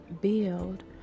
build